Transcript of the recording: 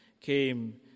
came